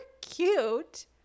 cute